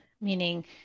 meaning